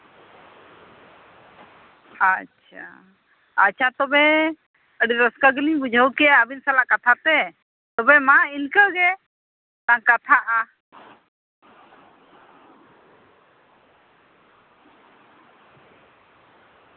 ᱟᱪᱪᱷᱟ ᱟᱪᱪᱷᱟ ᱛᱚᱵᱮ ᱟᱹᱰᱤ ᱨᱟᱹᱥᱠᱟᱹ ᱜᱮᱞᱤᱧ ᱵᱩᱡᱷᱟᱹᱣ ᱠᱮᱫᱼᱟ ᱟᱹᱵᱤᱱ ᱥᱟᱞᱟᱜ ᱠᱟᱛᱷᱟ ᱛᱮ ᱛᱚᱵᱮ ᱢᱟ ᱤᱱᱠᱟᱹ ᱜᱮ ᱞᱟᱝ ᱠᱟᱛᱷᱟᱜᱼᱟ